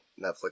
Netflix